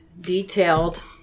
detailed